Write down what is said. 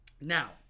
Now